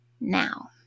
now